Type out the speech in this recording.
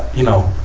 you know,